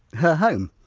her home?